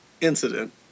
incident